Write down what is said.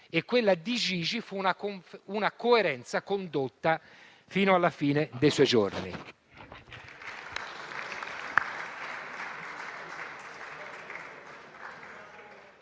Quella di Gigi fu una coerenza condotta fino alla fine dei suoi giorni.